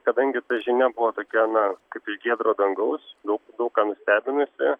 kadangi ta žinia buvo tokia na kaip iš giedro dangaus daug daug ką nustebinusi